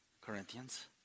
Corinthians